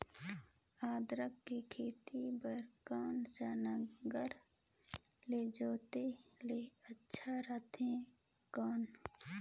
अदरक के खेती बार कोन सा नागर ले जोते ले अच्छा रथे कौन?